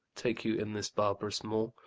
take you in this barbarous moor,